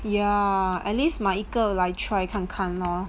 ya at least 买一个来 try 看看 lor